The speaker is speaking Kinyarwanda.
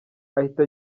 ahita